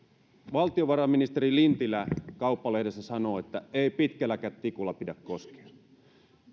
valtiovarainministeri lintilä kauppalehdessä sanoo että ei pitkälläkään tikulla pidä koskea